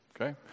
okay